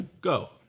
go